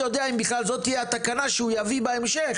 יודע אם בכלל זאת תהיה התקנה שהוא יביא בהמשך,